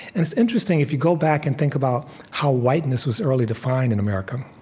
and it's interesting, if you go back and think about how whiteness was early defined in america,